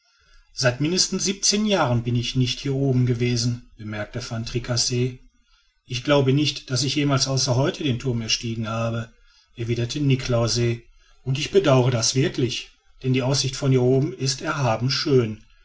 seit mindestens siebzehn jahren bin ich nicht hier oben gewesen bemerkte van tricasse ich glaube nicht daß ich jemals außer heute den thurm erstiegen habe erwiderte niklausse und ich bedauere das wirklich denn die aussicht von hier oben ist erhaben schön